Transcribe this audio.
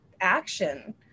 action